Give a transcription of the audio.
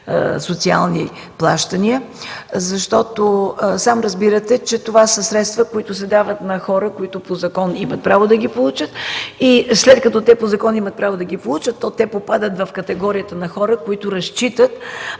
социални плащания? Сам разбирате, че това са средства, които се дават на хора, които по закон имат право да ги получат и след като имат право да ги получат, то те попадат в категорията на хора, които разчитат